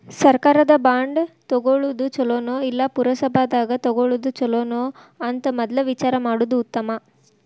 ಸರ್ಕಾರದ ಬಾಂಡ ತುಗೊಳುದ ಚುಲೊನೊ, ಇಲ್ಲಾ ಪುರಸಭಾದಾಗ ತಗೊಳೊದ ಚುಲೊನೊ ಅಂತ ಮದ್ಲ ವಿಚಾರಾ ಮಾಡುದ ಉತ್ತಮಾ